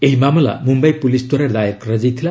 ଏହି ମାମଲା ମୁମ୍ୟାଇ ପୁଲିସ୍ ଦ୍ୱାରା ଦାୟର କରାଯାଇଥିଲା